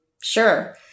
Sure